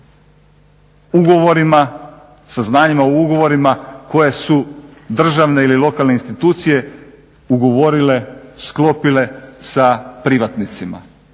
ugovorima, sa znanjima o ugovorima koje su državne ili lokalne institucije ugovorile, sklopile sa privatnicima